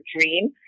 dream